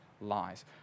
lies